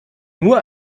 nur